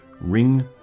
ring